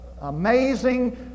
amazing